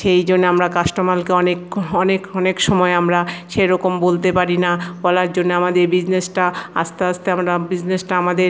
সেইজন্যে আমরা কাস্টোমারকে অনেক অনেক অনেক সময় আমরা সেইরকম বলতে পারি না বলার জন্য আমাদের বিজনেসটা আস্তে আস্তে আমরা বিজনেসটা আমাদের